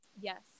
Yes